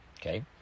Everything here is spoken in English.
Okay